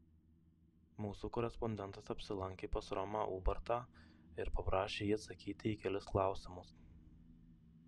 mūsų korespondentas apsilankė pas romą ubartą ir paprašė jį atsakyti į kelis klausimus